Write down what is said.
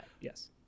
Yes